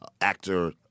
actor